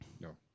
No